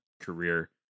career